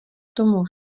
tomu